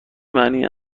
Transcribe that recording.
معنی